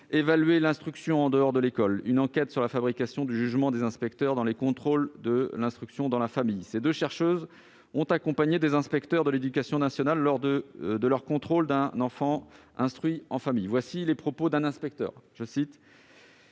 Évaluer l'instruction en dehors de l'école. Une enquête sur la fabrication du jugement des inspecteurs dans les contrôles de l'instruction dans la famille. » Ces deux chercheuses ont accompagné des inspecteurs de l'éducation nationale lors de leurs contrôles d'un enfant instruit en famille. Voici les propos d'un inspecteur :«